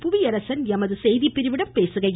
புவியரசன் எமது செய்திப்பிரிவிடம் பேசுகையில்